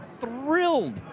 thrilled